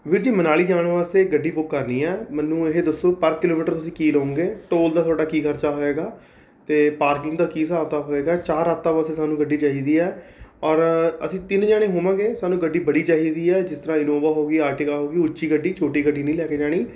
ਵੀਰ ਜੀ ਮਨਾਲੀ ਜਾਣ ਵਾਸਤੇ ਗੱਡੀ ਬੁੱਕ ਕਰਨੀ ਹੈ ਮੈਨੂੰ ਇਹ ਦੱਸੋ ਪਰ ਕਿਲੋਮੀਟਰ ਤੁਸੀਂ ਕੀ ਲਉਂਗੇ ਟੌਲ ਦਾ ਤੁਹਾਡਾ ਕੀ ਖਰਚਾ ਹੋਏਗਾ ਅਤੇ ਪਾਰਕਿੰਗ ਦਾ ਕੀ ਹਿਸਾਬ ਕਿਤਾਬ ਹੋਏਗਾ ਚਾਰ ਰਾਤਾਂ ਵਾਸਤੇ ਸਾਨੂੰ ਗੱਡੀ ਚਾਹੀਦੀ ਹੈ ਔਰ ਅਸੀਂ ਤਿੰਨ ਜਾਣੇ ਹੋਵਾਂਗੇ ਸਾਨੂੰ ਗੱਡੀ ਬੜੀ ਚਾਹੀਦੀ ਹੈ ਜਿਸ ਤਰ੍ਹਾਂ ਇਨੋਵਾ ਹੋ ਗਈ ਆਰਟੀਕਾ ਹੋ ਗਈ ਉੱਚੀ ਗੱਡੀ ਛੋਟੀ ਗੱਡੀ ਨਹੀ ਲੈ ਕੇ ਜਾਣੀ